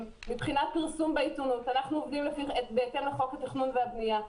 פרסום בעיתונות אנחנו עובדים בהתאם לחוק התכנון והבנייה.